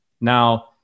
Now